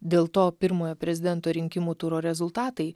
dėl to pirmojo prezidento rinkimų turo rezultatai